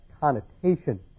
connotation